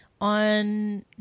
on